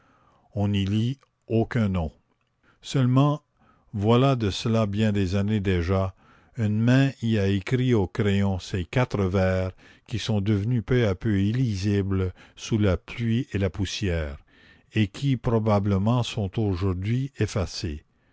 on n'y lit aucun nom seulement voilà de cela bien des années déjà une main y a écrit au crayon ces quatre vers qui sont devenus peu à peu illisibles sous la pluie et la poussière et qui probablement sont aujourd'hui effacés